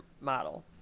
model